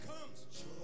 comes